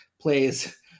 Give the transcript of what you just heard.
plays